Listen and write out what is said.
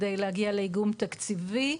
כדי להגיע לאיגום תקציבי.